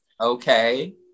okay